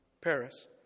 Paris